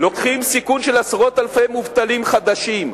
לוקחים סיכון של עשרות אלפי מובטלים חדשים.